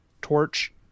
torch